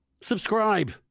Subscribe